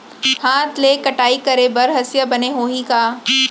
हाथ ले कटाई करे बर हसिया बने होही का?